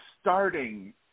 starting –